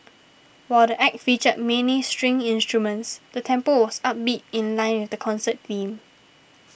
while the Act featured mainly string instruments the tempo was upbeat in line with the concert theme